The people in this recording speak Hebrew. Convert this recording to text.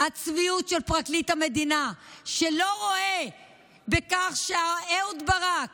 הצביעות של פרקליט המדינה, שלא רואה בכך שאהוד ברק